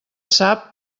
sap